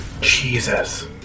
Jesus